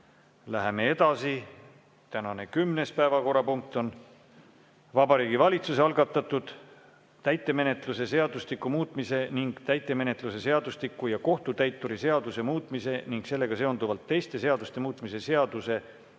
Läheme edasi. Tänane kümnes päevakorrapunkt on Vabariigi Valitsuse algatatud täitemenetluse seadustiku muutmise ning täitemenetluse seadustiku ja kohtutäituri seaduse muutmise ning sellega seonduvalt teiste seaduste muutmise seaduse